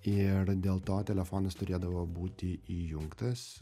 ir dėl to telefonas turėdavo būti įjungtas